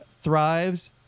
thrives